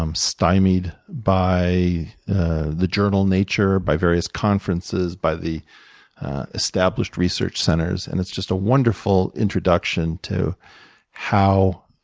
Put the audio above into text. um stymied by the journal nature, by various conferences, by the established research centers, and it's just a wonderful introduction to how